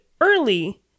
early